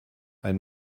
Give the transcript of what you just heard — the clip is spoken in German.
ein